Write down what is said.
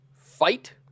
fight